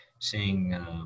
seeing